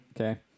Okay